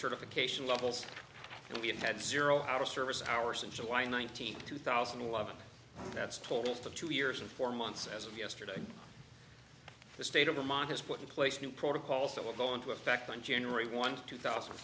certification levels and we have had zero hour service hours in july nineteenth two thousand and eleven that's total for two years and four months as of yesterday the state of vermont has put in place new protocols that will go into effect on january one two thousand